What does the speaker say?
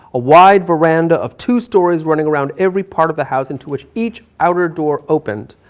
a wide veranda of two stories running around every part of the house in to which each outer door opened.